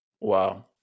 Wow